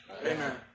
Amen